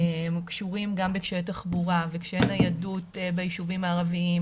קשורים גם בקשיי תחבורה וקשיי ניידות ביישובים הערבים,